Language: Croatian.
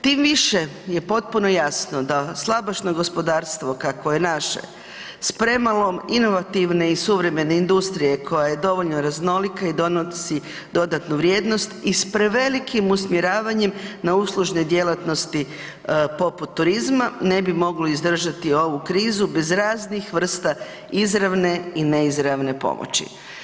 Tim više je potpuno jasno da slabašno gospodarstvo kakvo je naše s premalom inovativne i suvremene industrije koja je dovoljno raznolika i donosi dodatnu vrijednost i s prevelikim usmjeravanjem na uslužne djelatnosti poput turizma ne bi moglo izdržati ovu krizu bez raznih vrsta izravne i neizravne pomoći.